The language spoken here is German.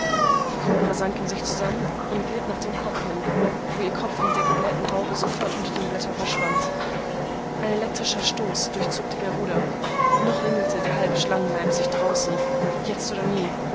die kobra sank in sich zusammen und glitt nach dem korb hin wo ihr kopf mit der geblähten haube sofort unter den blättern verschwand ein elektrischer stoß durchzuckte garuda noch ringelte der halbe schlangenleib sich draußen jetzt oder nie